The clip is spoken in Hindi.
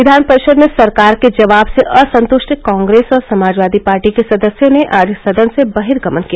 विधान परिषद में सरकार के जवाब से असंतुष्ट कांग्रेस और समाजवादी पार्टी के सदस्यों ने आज सदन से बहिर्गमन किया